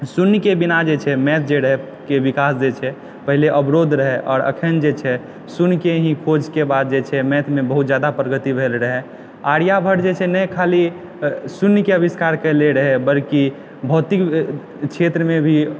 शून्यके बिना जे छै मैथ जे रहय के विकास जे छै पहिले अवरोध रहय आओर अखन जे छै से शून्यके ही खोजके बाद जे छै से मैथमे बहुत ज्यादा प्रगति भेल रहय आर्याभट्ट जे छै नहि खाली शून्यके अविष्कार कयने रहय बल्कि भौतिक क्षेत्रमे भी